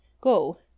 Go